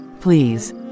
Please